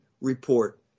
Report